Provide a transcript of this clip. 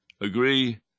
agree